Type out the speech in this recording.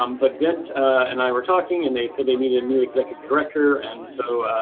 um but vint and i were talking, and they said they needed a new executive director, and so,